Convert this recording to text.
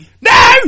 No